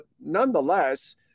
nonetheless